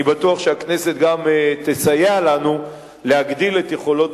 אני בטוח שהכנסת תסייע לנו להגדיל את יכולות